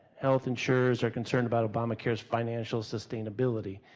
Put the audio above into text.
health insurers are concerned about obamacare's financial sustainability.